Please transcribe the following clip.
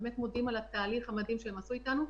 באמת מודים לו על התהליך המדהים שהוא עשה איתנו,